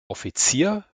offizier